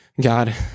God